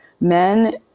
men